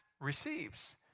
receives